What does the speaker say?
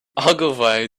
ogilvy